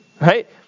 Right